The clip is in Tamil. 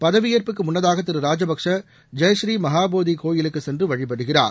பதவியேற்பிற்கு முன்னதாக திரு ராஜபக்சே ஜெயஸ்ரீ மகாபோதி கோயிலுக்குச் சென்று வழிபடுகிறார்